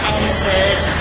entered